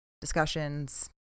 discussions